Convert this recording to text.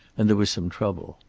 and there was some trouble.